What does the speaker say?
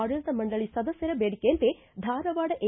ಆಡಳಿತ ಮಂಡಳಿ ಸದಸ್ದರ ಬೇಡಿಕೆಯಂತೆ ಧಾರವಾಡ ಎ